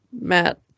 Matt